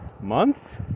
months